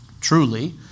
Truly